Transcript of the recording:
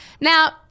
Now